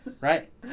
Right